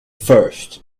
first